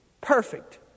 perfect